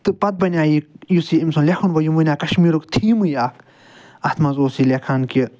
تہٕ پَتہٕ بَنیٛا یہِ یُس یہِ أمۍ سُنٛد لیٚکھُن گوٚو یہِ بَنیٛا کَشمیٖرُک تھیٖمٕے اکھ اتھ مَنٛز اوس یہِ لیٚکھان کہ